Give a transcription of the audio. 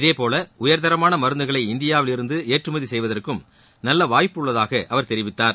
இதேபோல உயர்தரமான மருந்துகளை இந்தியாவில் இருந்து ஏற்றுமதி செய்வதற்கும் நல்ல வாய்ப்பு உள்ளதாக அவர் தெரிவித்தார்